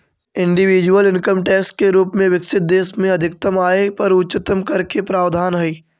individual income tax के रूप में विकसित देश में अधिकतम आय पर उच्चतम कर के प्रावधान हई